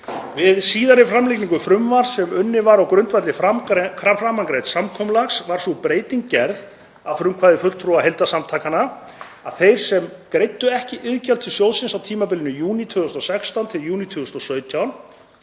„Við síðari framlagningu frumvarps sem unnið var á grundvelli framangreinds samkomulags var sú breyting gerð, að frumkvæði fulltrúa heildarsamtakanna, að þeir sem „… greiddu ekki iðgjald til sjóðsins á tímabilinu júní 2016 til júní 2017